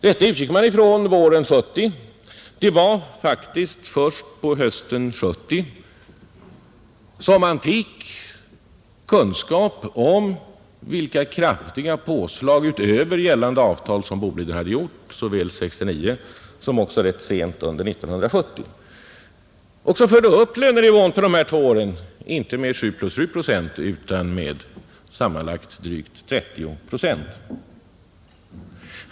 Detta utgick man ifrån våren 1970, Det var faktiskt först på hösten 1970 som man fick kunskap om vilka kraftiga påslag utöver gällande avtal som Boliden hade gjort såväl 1969 som rätt sent under 1970 och som förde upp lönenivån för de här två åren — inte med sju plus sju procent utan med sammanlagt drygt 30 procent.